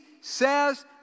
says